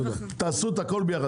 אני לא אומר שתעשו הכול ביחד.